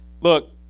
look